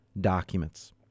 documents